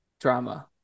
drama